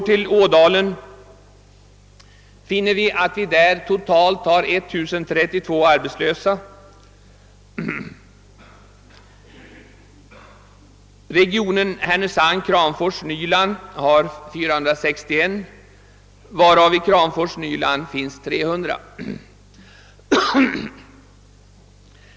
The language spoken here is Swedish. I Ådalen har vi totalt 1 032 arbetslösa. Regionen Härnösand-Kramfors-Nyland har 461 arbetslösa, av vilka 300 återfinns i Kramfors-Nyland.